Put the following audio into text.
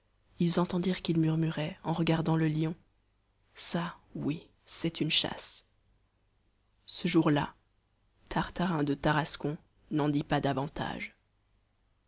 ils entendirent qu'il murmurait en regardant le lion ça oui c'est une chasse ce jour-là tartarin de tarascon n'en dit pas davantage